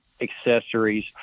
accessories